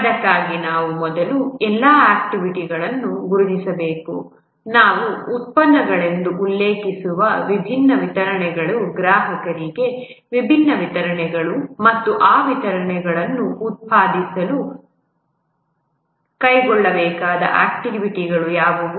ಅದಕ್ಕಾಗಿ ನಾವು ಮೊದಲು ಎಲ್ಲಾ ಆಕ್ಟಿವಿಟಿಗಳನ್ನು ಗುರುತಿಸಬೇಕು ನಾವು ಉತ್ಪನ್ನಗಳೆಂದು ಉಲ್ಲೇಖಿಸುವ ವಿಭಿನ್ನ ವಿತರಣೆಗಳು ಗ್ರಾಹಕರಿಗೆ ವಿಭಿನ್ನ ವಿತರಣೆಗಳು ಮತ್ತು ಆ ವಿತರಣೆಗಳನ್ನು ಉತ್ಪಾದಿಸಲು ಕೈಗೊಳ್ಳಬೇಕಾದ ಆಕ್ಟಿವಿಟಿಗಳು ಯಾವುವು